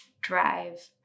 drive